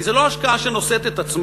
כי זה לא השקעה שנושאת את עצמה,